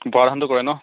বৰা ধানটো কৰে ন